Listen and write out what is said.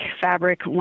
fabric